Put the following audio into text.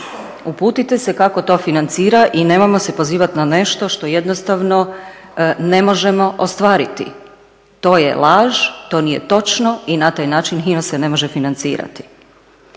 Uputite se kako to financira i nemojmo se pozivati na nešto što jednostavno ne možemo ostvariti. To je laž, to nije točno i na taj način HINA se ne može financirati.